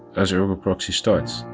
as ergo proxy starts,